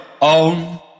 own